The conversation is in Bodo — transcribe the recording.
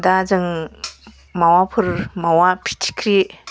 दा जों मावाफोर मावा फिथिख्रि